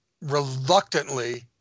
reluctantly